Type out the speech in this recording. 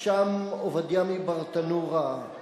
ושם עובדיה מברטנורא,